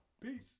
Peace